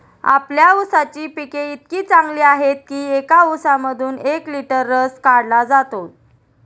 आपल्या ऊसाची पिके इतकी चांगली आहेत की एका ऊसामधून एक लिटर रस काढला जातो